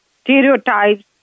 stereotypes